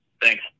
Thanks